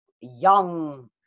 young